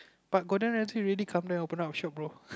but Gordon-Ramsay already come there open up shop bro